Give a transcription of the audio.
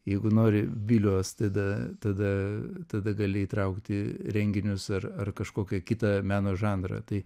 jeigu nori vilios tada tada tada gali įtraukti renginius ar ar kažkokią kitą meno žanrą tai